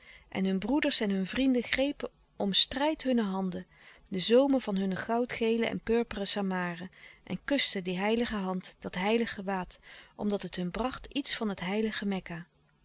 en hun broeders en hun vrienden grepen om strijd hunne handen de zoomen van hunne goudgele en purperen louis couperus de stille kracht samaren en kusten die heilige hand dat heilig gewaad omdat het hun bracht iets van het heilige